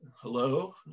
Hello